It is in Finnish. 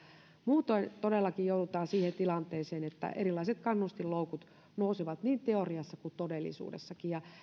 muutoin todellakin joudutaan siihen tilanteeseen että erilaiset kannustinloukut nousevat niin teoriassa kuin todellisuudessakin